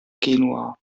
genua